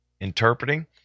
interpreting